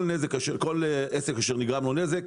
כל עסק אשר נגרם לו נזק,